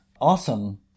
awesome